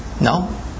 No